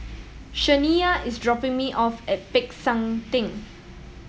Shaniya is dropping me off at Peck San Theng